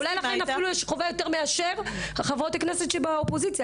אולי לכם יש חובה אפילו יותר מאשר חברות הכנסת שבאופוזיציה.